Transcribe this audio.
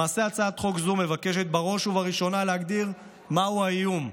למעשה הצעת חוק זו מבקשת בראש ובראשונה להגדיר מהו האיום: